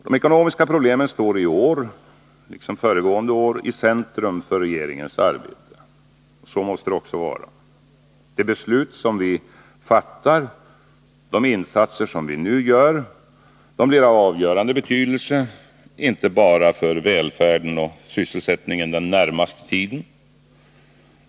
De ekonomiska problemen står i år liksom föregående år i centrum för regeringens arbete. Så måste det också vara. De beslut vi fattar och de insatser vi nu gör blir av avgörande betydelse inte bara för välfärden och sysselsättningen den närmaste tiden.